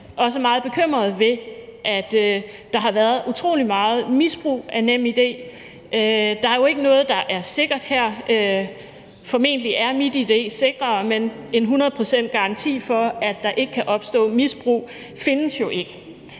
bare meget bekymrede over, at der har været utrolig meget misbrug af NemID. Der er jo ikke noget, der er sikkert her. Formentlig er MitID sikrere, men en 100-procentsgaranti for, at der ikke kan opstå misbrug, findes jo ikke,